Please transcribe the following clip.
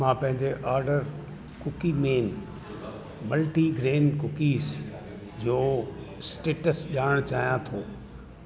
मां पंहिंजे order Cookieman multigrain cookies जो स्टेटस ॼाणणु चाहियां थो